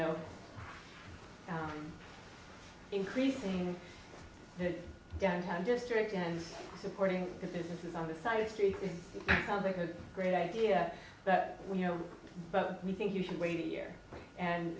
know increasing the downtown district and supporting the businesses on the side street it sounds like a great idea but you know we think you should wait a year and